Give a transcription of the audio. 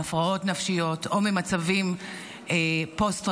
מהפרעות נפשיות או ממצבים פוסט-טראומטיים.